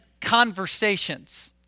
conversations